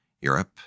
Europe